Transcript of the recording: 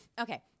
Okay